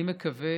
אני מקווה